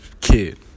kid